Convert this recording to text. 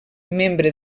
membre